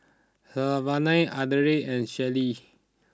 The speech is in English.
Savanna Ardella and Sheryl